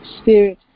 spirit